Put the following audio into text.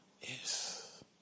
Yes